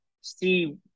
see